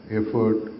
effort